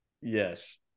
Yes